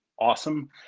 awesome